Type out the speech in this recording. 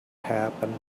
happened